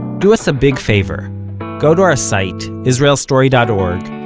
do us a big favor go to our site, israelstory dot org,